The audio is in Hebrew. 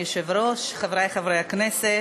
חברי חברי הכנסת,